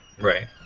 Right